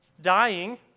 dying